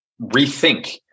rethink